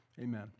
Amen